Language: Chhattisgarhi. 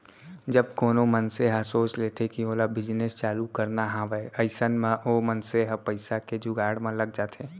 जब कोनो मनसे ह सोच लेथे कि ओला बिजनेस चालू करना हावय अइसन म ओ मनसे ह पइसा के जुगाड़ म लग जाथे